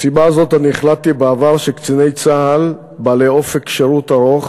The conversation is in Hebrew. מסיבה זו החלטתי בעבר שקציני צה"ל בעלי אופק שירות ארוך